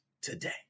today